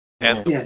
Yes